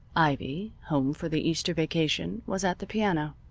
ivy, home for the easter vacation, was at the piano.